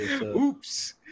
Oops